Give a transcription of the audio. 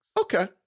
Okay